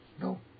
no